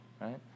right